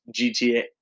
GTA